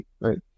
right